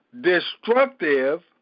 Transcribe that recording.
destructive